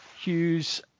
Hughes